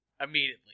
immediately